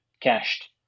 cached